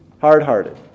hard-hearted